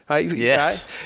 Yes